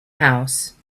house